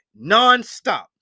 nonstop